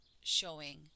showing